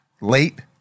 late